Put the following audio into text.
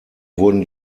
wurden